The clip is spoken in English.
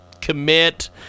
commit